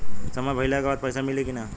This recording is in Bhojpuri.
समय भइला के बाद पैसा मिली कि ना?